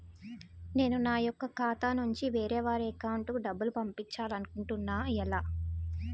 నేను నా యెక్క ఖాతా నుంచి వేరే వారి అకౌంట్ కు డబ్బులు పంపించాలనుకుంటున్నా ఎలా?